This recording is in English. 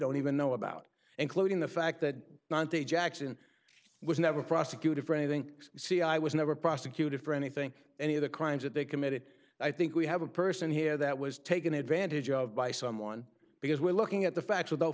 don't even know about including the fact that ninety jackson was never prosecuted for anything see i was never prosecuted for anything any of the crimes that they committed i think we have a person here that was taken advantage of by someone because we're looking at the fact